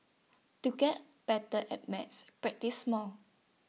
to get better at maths practise more